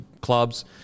clubs